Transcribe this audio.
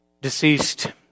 deceased